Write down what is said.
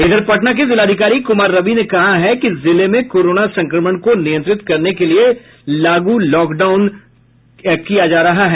इधर पटना के जिलाधिकारी कुमार रवि ने कहा है कि जिले में कोरोना संक्रमण को नियंत्रित करने के लिए लॉक डाउन लागू किया जा रहा है